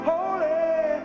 Holy